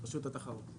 רשות התחרות.